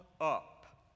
up